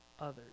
others